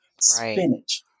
spinach